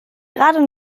gerade